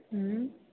उँ